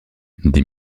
des